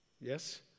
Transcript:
Yes